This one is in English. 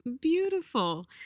beautiful